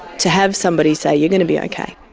to have somebody say you're going to be okay.